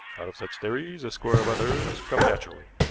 out of such theories a score of others come naturally.